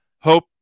Hope